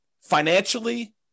financially